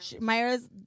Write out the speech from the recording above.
Myra's